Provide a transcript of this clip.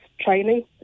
training